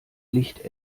licht